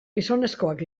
gizonezkoak